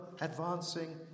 advancing